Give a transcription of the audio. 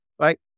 right